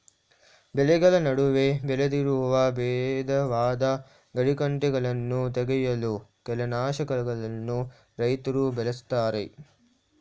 ಬೆಳೆಗಳ ನಡುವೆ ಬೆಳೆದಿರುವ ಬೇಡವಾದ ಗಿಡಗಂಟೆಗಳನ್ನು ತೆಗೆಯಲು ಕಳೆನಾಶಕಗಳನ್ನು ರೈತ್ರು ಬಳ್ಸತ್ತರೆ